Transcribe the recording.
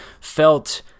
felt